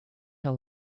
tell